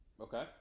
Okay